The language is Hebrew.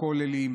בכוללים,